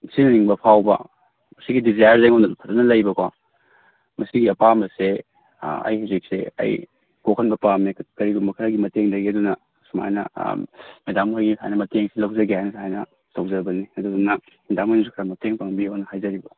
ꯁꯤꯖꯤꯟꯅꯅꯤꯡꯕ ꯐꯥꯎꯕ ꯁꯤꯒꯤ ꯗꯤꯖꯥꯏꯌꯔꯁꯦ ꯑꯩꯉꯣꯟꯗ ꯐꯖꯅ ꯂꯩꯕꯀꯣ ꯃꯁꯤꯒꯤ ꯑꯄꯥꯝꯕꯁꯦ ꯑꯥ ꯑꯩ ꯍꯧꯖꯤꯛꯁꯦ ꯑꯩ ꯀꯣꯛꯍꯟꯕ ꯄꯥꯝꯃꯦ ꯀꯔꯤꯒꯨꯝꯕ ꯈꯔꯒꯤ ꯃꯇꯦꯡꯗꯒꯤ ꯑꯗꯨꯅ ꯁꯨꯃꯥꯏꯅ ꯃꯦꯗꯥꯝ ꯍꯣꯏꯒꯤ ꯁꯨꯃꯥꯏꯅ ꯃꯇꯦꯡꯁꯦ ꯂꯧꯖꯒꯦ ꯍꯥꯏꯅ ꯇꯧꯖꯕꯅꯤ ꯑꯗꯨꯗꯨꯅ ꯃꯦꯗꯥꯝ ꯍꯣꯏꯅꯁꯨ ꯈꯔ ꯃꯇꯦꯡ ꯄꯥꯡꯕꯤꯌꯣꯅ ꯍꯥꯏꯖꯔꯤꯕ